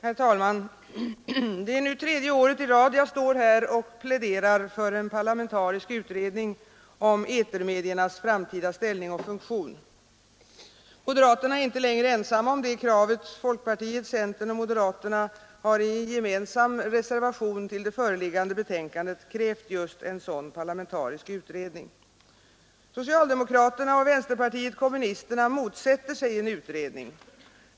Herr talman! Det är nu tredje året i rad jag står här och pläderar för en parlamentarisk utredning om etermedias framtida ställning och funktion. Moderaterna är inte längre ensamma om det kravet; folkpartiet, centern och moderaterna har i en gemensam reservation till det föreliggande betänkandet krävt just en sådan parlamentarisk utredning. Socialdemokraterna och vänsterpartiet kommunisterna motsätter sig en utredning.